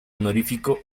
honorífico